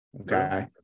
Okay